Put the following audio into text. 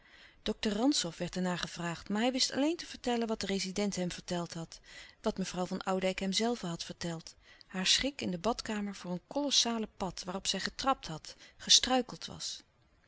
dokter rantzow werd er naar gevraagd maar hij wist alleen te vertellen wat de rezident hem verteld had wat mevrouw van oudijck hem zelve had verteld haar schrik in de badkamer voor een kolossale pad waarop zij getrapt had gestruikeld was